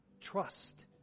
Trust